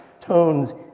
tones